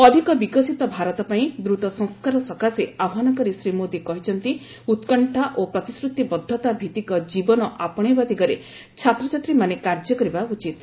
ଅଧିକ ବିକଶିତ ଭାରତ ପାଇଁ ଦ୍ରତ ସଂସ୍କାର ସକାଶେ ଆହ୍ୱାନ କରି ଶ୍ରୀ ମୋଦୀ କହିଛନ୍ତି ଉତ୍କଶ୍ୟା ପ୍ରତିଶ୍ରତିବଦ୍ଧତା ଭିତ୍ତିକ ଜୀବନ ଆପଶେଇବା ଦିଗରେ ଓ ଛାତ୍ରଛାତ୍ରୀମାନେ କାର୍ଯ୍ୟକରିବା ଉଚିତ୍